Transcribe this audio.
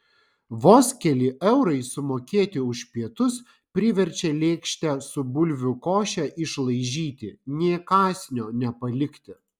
vos keli eurai sumokėti už pietus priverčia lėkštę su bulvių koše išlaižyti nė kąsnio nepalikti